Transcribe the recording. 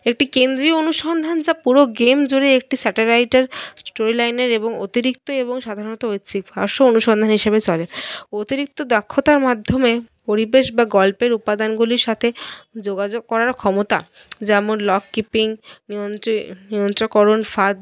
একটি কেন্দ্রীয় অনুসন্ধান যা পুরো গেম জুড়ে একটি স্যাটেলাইটের স্টোরিলাইনের এবং অতিরিক্ত এবং সাধারণত ঐচ্ছিক ভার্স ও অনুসন্ধান হিসাবে চলে অতিরিক্ত দক্ষতার মাধ্যমে পরিবেশ বা গল্পের উপাদানগুলির সাথে যোগাযোগ করার ক্ষমতা যেমন লক কিপিং নিয়ন্ত্র নিয়ন্ত্রকরন ফাঁদ